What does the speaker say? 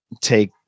take